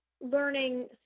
learning